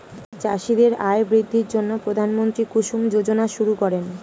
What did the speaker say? চাষীদের আয় বৃদ্ধির জন্য প্রধানমন্ত্রী কুসুম যোজনা শুরু করেন